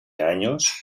años